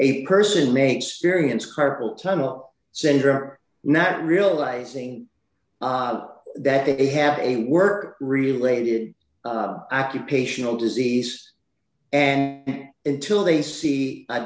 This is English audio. a person may experience carpal tunnel syndrome not realizing that they have a work related occupational disease and until they see a